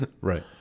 right